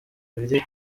biri